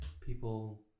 people